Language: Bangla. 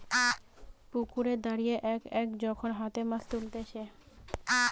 পুকুরে দাঁড়িয়ে এক এক যখন হাতে মাছ তুলতিছে